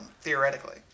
theoretically